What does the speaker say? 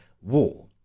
war